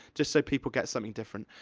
just so people get something different.